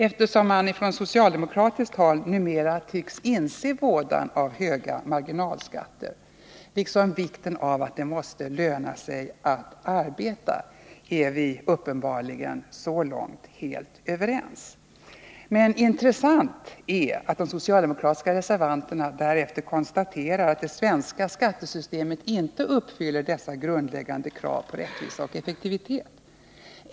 Eftersom man från socialdemokratiskt håll numera tycks inse vådan av höga marginalskatter, liksom vikten av att det måste löna sig att arbeta, är vi uppenbarligen helt överens så långt. Men intressant är att de socialdemokratiska reservanterna därefter konstaterar att det svenska skattesystemet inte uppfyller dessa grundläggande krav på rättvisa och effektivitet.